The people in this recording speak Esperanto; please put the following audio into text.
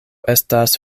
estas